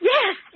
Yes